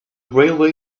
railway